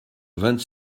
vingt